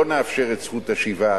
לא נאפשר את זכות השיבה,